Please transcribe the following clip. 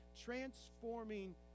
transforming